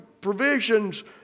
provisions